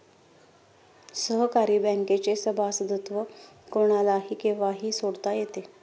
सहकारी बँकेचे सभासदत्व कोणालाही केव्हाही सोडता येते